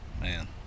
man